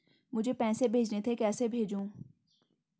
मुझे पैसे भेजने थे कैसे भेजूँ?